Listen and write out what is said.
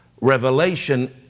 revelation